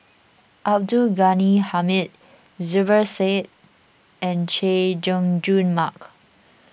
Abdul Ghani Hamid Zubir Said and Chay Jung Jun Mark